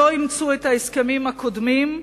לא אימצו את ההסכמים הקודמים,